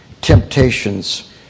temptations